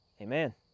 Amen